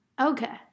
Okay